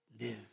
live